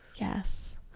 Yes